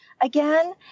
again